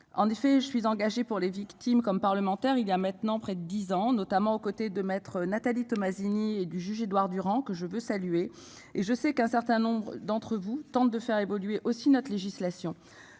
En effet je suis engagé pour les victimes comme parlementaire il y a maintenant près de 10 ans, notamment aux côtés de Me Nathalie Tomasini et du juge Édouard Durand que je veux saluer et je sais qu'un certain nombre d'entre vous tente de faire évoluer aussi notre législation.